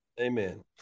Amen